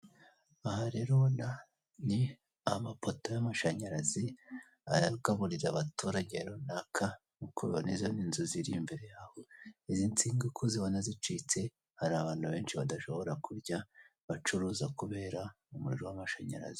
Aha rero ni amapoto y'amashanyarazi agaburira abaturage runaka, nk'uko ubibona izi ni inzu ziri imbere yawe. Izi nsinga uko uzibona zicitse, hari abantu benshi badashobora kurya, bacuruza kubera umuriro w'amashanyarazi.